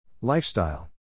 Lifestyle